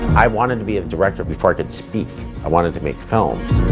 i wanted to be a director before i could speak, i wanted to make film.